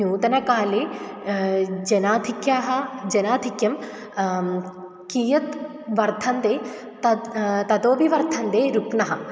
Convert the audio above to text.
नूतनकाले जनाधिक्यं जनाधिक्यं कियत् वर्धन्ते तत् ततोऽपि वर्धन्ते रुग्णाः